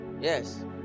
yes